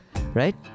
Right